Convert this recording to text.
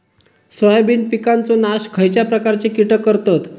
Soybean पिकांचो नाश खयच्या प्रकारचे कीटक करतत?